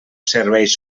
serveis